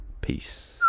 Peace